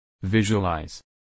Visualize